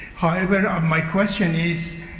however, my question is,